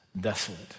desolate